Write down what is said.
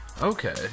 Okay